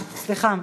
סליחה,